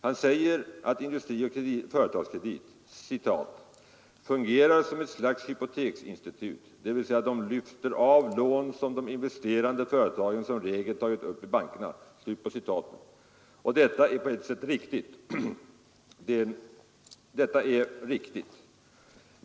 Han säger att Industrikredit och Företagskredit ”fungerar som ett slags hypoteksinstitut, dvs. de lyfter av lån, som de investerande företagen som regel tagit upp i bankerna”. Detta är riktigt.